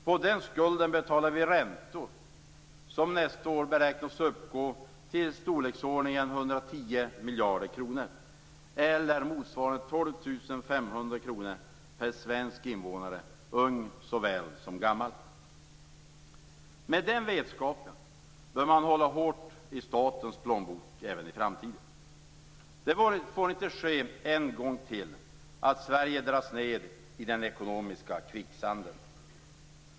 På den skulden betalar vi räntor som nästa år beräknas uppgå till i storleksordningen 110 miljarder kronor, eller motsvarande 12 500 kr per svensk invånare, ung såväl som gammal. Med den vetskapen bör man hålla hårt i statens plånbok även i framtiden. Det får inte ske en gång till att Sverige dras ned i den ekonomiska kvicksanden.